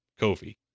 Kofi